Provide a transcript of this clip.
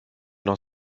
noch